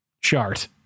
Chart